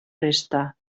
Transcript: resta